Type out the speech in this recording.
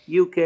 UK